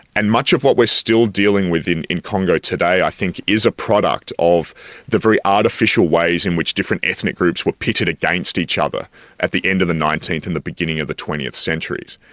and much of what we're still dealing with in in congo today, i think, is a product of the very artificial ways in which different ethnic groups were pitted against each other at the end of the nineteenth and the beginning of the twentieth centuries.